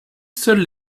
seuls